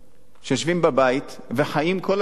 שיושבים בבית וחיים כל השבוע,